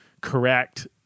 correct